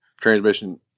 transmission